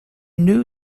new